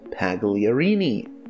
Pagliarini